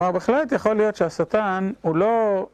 אבל בהחלט יכול להיות שהשטן הוא לא...